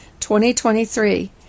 2023